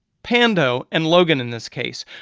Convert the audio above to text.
pando and logan, in this case,